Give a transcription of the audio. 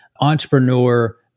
entrepreneur